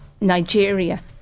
Nigeria